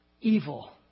evil